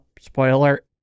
spoiler